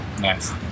Nice